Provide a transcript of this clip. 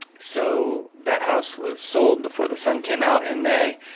so that house was sold before the sun came out in may.